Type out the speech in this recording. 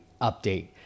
update